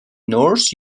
north